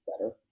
better